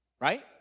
Right